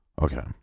Okay